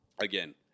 Again